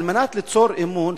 על מנת ליצור אמון,